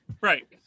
Right